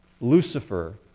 lucifer